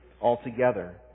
altogether